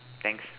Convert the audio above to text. thanks